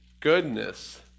goodness